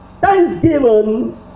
Thanksgiving